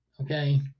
okay